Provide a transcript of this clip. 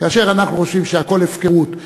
כאשר אנחנו חושבים שהכול הפקרות,